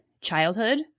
childhood